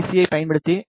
யைப் பயன்படுத்தி பி